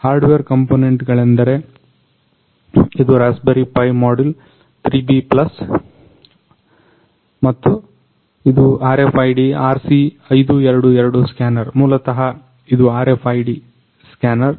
hardware component ಗಳೆಂದರೆ ಇದು Raspberry Pi model 3B plus ಮತ್ತು ಇದು RFID RC522 ಸ್ಕ್ಯಾನರ್ ಮೂಲತಃ ಅದು RFID ಸ್ಕ್ಯಾನರ್